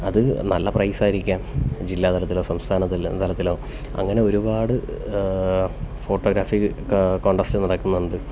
അത് നല്ല പ്രൈസ് ആയിരിക്കാം ജില്ലാ തലത്തിലോ സംസ്ഥാന തലത്തിലോ അങ്ങനെ ഒരുപാട് ഫോട്ടോഗ്രാഫി കോണ്ടസ്റ്റ് നടക്കുന്നുണ്ട്